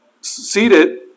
seated